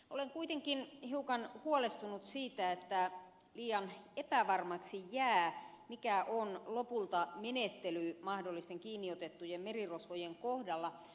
olen kuitenkin hiukan huolestunut siitä että liian epävarmaksi jää mikä on lopulta menettely mahdollisten kiinniotettujen merirosvojen kohdalla